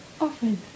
often